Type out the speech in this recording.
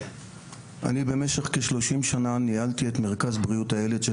אני במשך כ-30 שנה ניהלתי את מרכז בריאות הילד של